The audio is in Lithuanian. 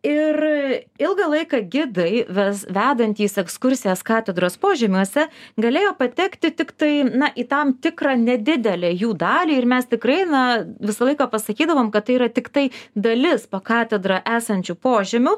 ir ilgą laiką gidai ves vedantys ekskursijas katedros požemiuose galėjo patekti tiktai na į tam tikrą nedidelę jų dalį ir mes tikrai na visą laiką pasakydavom kad tai yra tiktai dalis po katedra esančių požemių